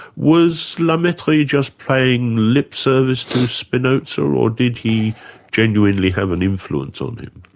was la mettrie just paying lip service to spinoza, or did he genuinely have an influence on him?